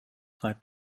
reibt